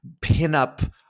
pinup